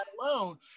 alone